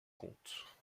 comptes